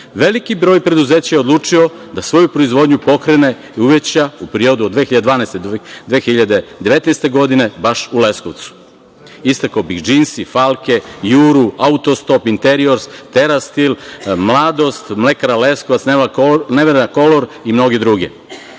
veliki broj preduzeća je odlučio da svoju proizvodnju pokrene i uveća u periodu od 2012. do 2019. godine, baš u Leskovcu. Istakao bih „Džinsi“, „Falke“ „Juru“, „Autostop“, „Interiors“, „Tera stil“, „Mladost“, „Mlekara Leskovac“, „Nevena kolor“ i mnoge druge.